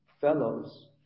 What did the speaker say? fellows